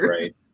right